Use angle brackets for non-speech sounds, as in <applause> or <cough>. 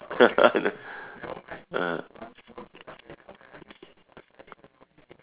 <laughs> ah